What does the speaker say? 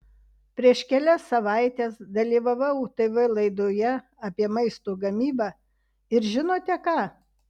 prieš kelias savaites dalyvavau tv laidoje apie maisto gamybą ir žinote ką